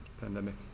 pandemic